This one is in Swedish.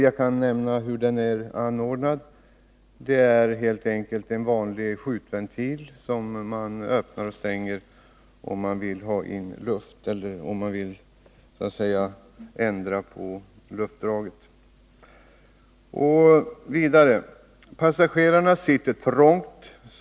Jag kan nämna hur den är anordnad — det är helt enkelt en vanlig skjutventil som man öppnar och stänger om man så att säga vill ändra på luftdraget. Vidare: Passagerarna sitter trångt.